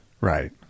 Right